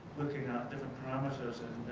looking at different parameters and